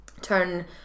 turn